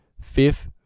fifth